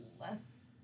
less